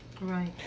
Right